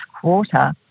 quarter